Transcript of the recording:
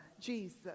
Jesus